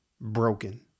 broken